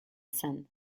son